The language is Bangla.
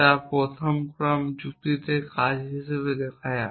তা প্রথম ক্রম যুক্তিতে কাজ হিসাবে দেখা যায়